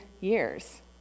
years